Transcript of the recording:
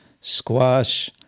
squash